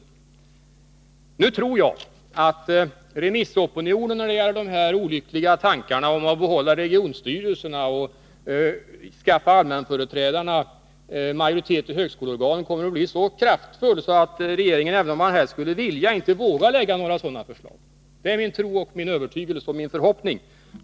Jag tror att remissopinionen när det gäller dessa olyckliga tankar på att behålla regionstyrelserna och skaffa allmänföreträdarna majoritet i högskoleorganen kommer att bli så kraftfull, att regeringen, även om man helst skulle vilja, inte vågar lägga fram några sådana förslag. Det är min tro, min övertygelse och min förhoppning.